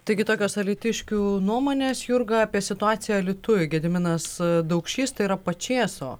taigi tokios alytiškių nuomonės jurga apie situaciją alytuj gediminas daukšys tai yra pačėso